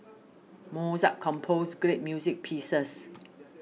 Mozart composed great music pieces